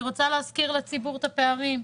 ואני רוצה להזכיר לציבור את הפערים,